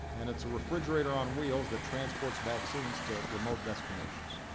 and it's a refrigerator on wheels that transports vaccines to remote destinations.